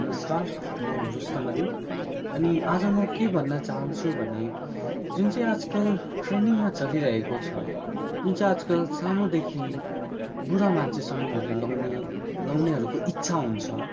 नमस्कार म रुस्तम अली अनि आज म के भन्न चाहन्छु भने जुन चाहिँ आजकल ट्रेन्डिङमा चलिरहेको छ जुन चाहिँ आजकल सानोदेखि बुढा मान्छेसम्महरूले लाउने लाउनेहरूको इच्छा हुन्छ